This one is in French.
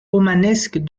romanesque